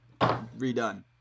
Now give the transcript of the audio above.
redone